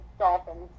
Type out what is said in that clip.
dolphins